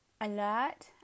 alert